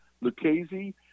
Lucchese